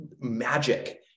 magic